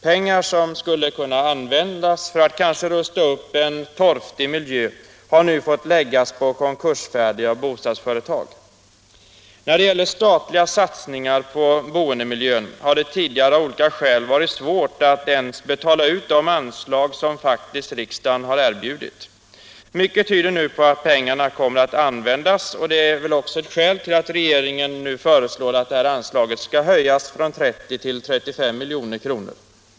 Pengar som skulle kunna användas för att exempelvis rusta upp en torftig miljö har nu fått läggas på konkursfärdiga bostadsföretag. När det gäller statliga satsningar på boendemiljön har det tidigare av olika skäl varit svårt att ens betala ut de anslag som riksdagen faktiskt har erbjudit. Mycket tyder nu på att pengarna kommer att användas — och det är väl också ett skäl till att regeringen nu föreslår att det här anslaget skall höjas från 30 milj. till 35 milj.kr.